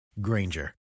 Granger